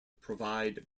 provide